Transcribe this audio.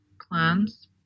plans